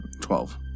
Twelve